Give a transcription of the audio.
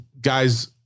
guys